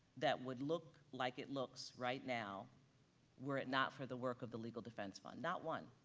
that would look like it looks right now were it not for the work of the legal defense fund, not one.